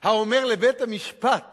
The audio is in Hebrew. האומר לבית-המשפט